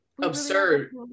absurd